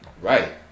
Right